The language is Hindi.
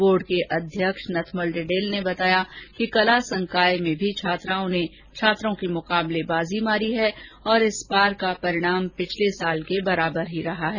बोर्ड के अध्यक्ष नथमल डिडेल ने बताया कि कला संकाय में भी छात्राओं ने छात्रों से बाजी मारी है और इस बार का परिणाम पिछले साल के बराबर ही रहा है